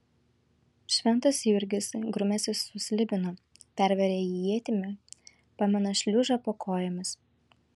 šventas jurgis grumiasi su slibinu perveria jį ietimi pamina šliužą po kojomis